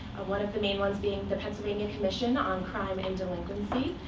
one of the main ones being the pennsylvania commission on crime and delinquency.